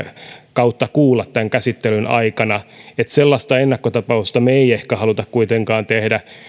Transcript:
kautta kuulla tämän käsittelyn aikana eli sellaista ennakkotapausta me emme ehkä halua kuitenkaan tehdä